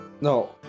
no